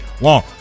long